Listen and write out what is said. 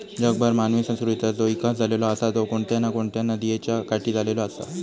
जगभर मानवी संस्कृतीचा जो इकास झालेलो आसा तो कोणत्या ना कोणत्या नदीयेच्या काठी झालेलो आसा